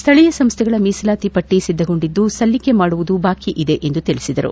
ಸ್ವಳೀಯ ಸಂಸ್ಥೆಗಳ ಮೀಸಲಾತಿ ಪಟ್ಟ ಸಿದ್ದಗೊಂಡಿದ್ದು ಸಲ್ಲಿಕೆ ಮಾಡುವುದು ಬಾಕಿ ಇದೆ ಎಂದು ತಿಳಿಸಿದರು